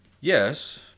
yes